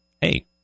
hey